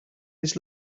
this